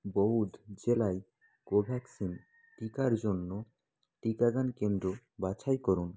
বৌধ জেলায় কোভ্যাক্সিন টিকার জন্য টিকাদান কেন্দ্র বাছাই করুন